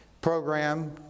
program